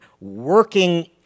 working